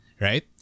right